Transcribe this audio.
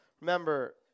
remember